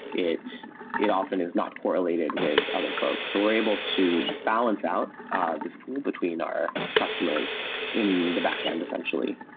it it often is not correlated with other folks who were able to balance out this pool between our customers in the backend, essentially.